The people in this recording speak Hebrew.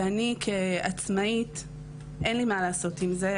ואני כעצמאית אין לי מה לעשות עם זה.